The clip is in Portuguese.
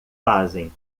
fazem